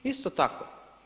Isto tako.